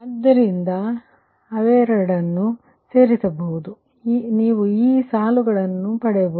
ಆದ್ದರಿಂದ ಇವೆರಡನ್ನು ಸೇರಿಸಬಹುದು ಆದ್ದರಿಂದ ನೀವು ಈ ಸಾಲುಗಳನ್ನು ಪಡೆಯುತ್ತೀರಿ